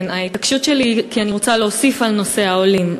ההתעקשות שלי היא כי אני רוצה להוסיף בנושא העולים.